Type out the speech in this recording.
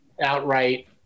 outright